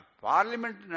parliament